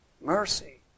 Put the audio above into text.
mercy